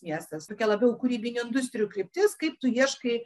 miestas labiau kūrybinių industrijų kryptis kaip tu ieškai